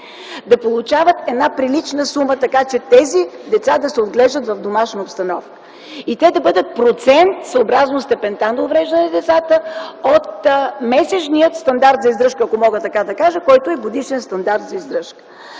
да получават една прилична сума, така че тези деца да се отглеждат в домашна обстановка. И те да бъдат процент, съобразно степента на увреждане на децата, от месечния стандарт за издръжка, който е годишен стандарт за издръжка.